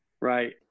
right